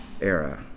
era